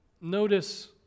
Notice